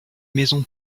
maison